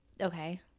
Okay